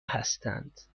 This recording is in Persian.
هستند